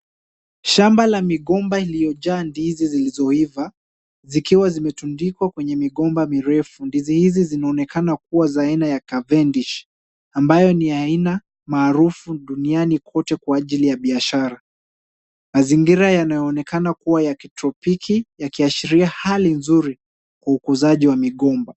Shamba la migomba iliyojaa ndizi zilizoiva, zikiwa zimetundikwa kwenye migomba mirefu. Ndizi hizi zinaonekana kuwa za aina ya cavendish ambayo ni ya aina maarufu duniani kote kwa ajili ya biashara. Mazingira yanayoonekana kuwa ya kitropiki yakiashiria hali nzuri kwa ukuzaji wa migomba.